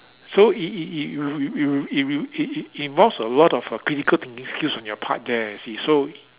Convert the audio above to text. so it it it it you you you if you it it it involves a lot of a critical thinking skills on your part there you see so